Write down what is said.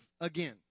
again